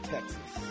Texas